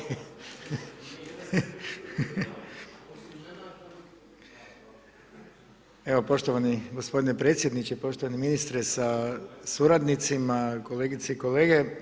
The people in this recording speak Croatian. Evo, poštovani gospodine predsjedniče, poštovani ministre sa suradnicima, kolegice i kolege.